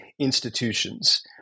institutions